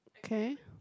okay